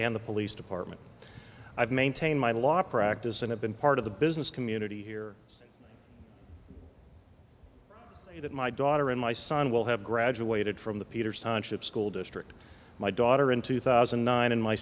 and the police department i've maintained my law practice and have been part of the business community here so that my daughter and my son will have graduated from the peter sonship school district my daughter in two thousand and nine and my